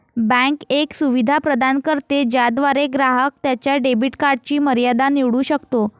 bank एक सुविधा प्रदान करते ज्याद्वारे ग्राहक त्याच्या डेबिट कार्डची मर्यादा निवडू शकतो